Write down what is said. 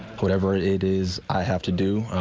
whatever it it is i have to do.